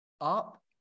up